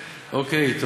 אוקיי?